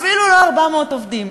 אפילו לא 400 עובדים,